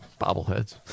Bobbleheads